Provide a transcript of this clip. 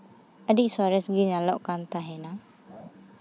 ᱟᱹᱰᱤ ᱥᱚᱨᱮᱥ ᱜᱮ ᱧᱮᱞᱚᱜ ᱠᱟᱱ ᱛᱟᱦᱮᱸᱱᱟ